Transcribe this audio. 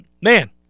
man